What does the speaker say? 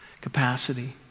capacity